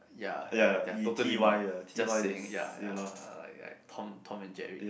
ya they are they are totally not just saying ya ya ya Tom and Jerry